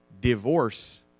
divorce